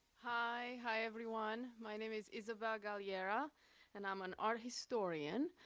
hi, hi everyone. my name is izabel galliera and i'm an art historian.